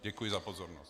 Děkuji za pozornost.